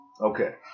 Okay